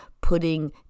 putting